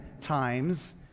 times